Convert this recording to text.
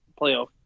playoff